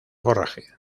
forraje